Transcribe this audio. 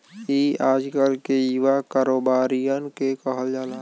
ई आजकल के युवा कारोबारिअन के कहल जाला